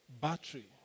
battery